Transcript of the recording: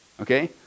Okay